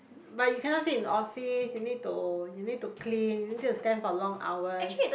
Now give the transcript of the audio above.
but you cannot stay in office you need to you need to clean need to stand for long hours